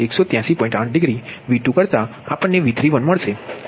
8 degree V2 કરતા આપણને V31 મળશે